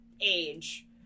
age